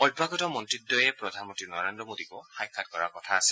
অভ্যাগত মন্ত্ৰীদ্বয়ে প্ৰধানমন্ত্ৰী নৰেন্দ্ৰ মোদীকো সাক্ষাৎ কৰাৰ কথা আছে